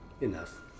Enough